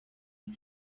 and